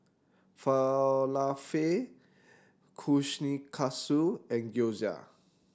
Falafel Kushikatsu and Gyoza